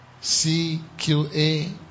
C-Q-A